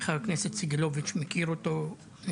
השר סגלוביץ׳ מכיר אותו מקרוב.